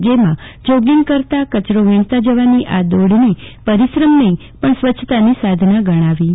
જેમા જોગીંગ કરતા કરતા કચરો વીણતા જવાની આ દોડને પરિશ્રમ નહિ પણ સ્વચ્છતાની સાધના ગણાવી હતી